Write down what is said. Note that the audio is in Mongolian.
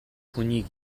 хүнийг